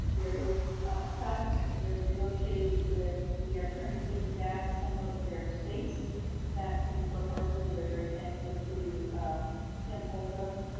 they're doing um cuts, they're negotiating with the ah attorney and giving back some of their space back to newport harbor. so they're very thankful to tim holcomb.